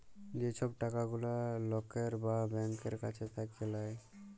যে সব টাকা গুলা লকের বা ব্যাংকের কাছ থাক্যে লায়